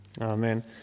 Amen